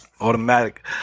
Automatic